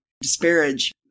disparage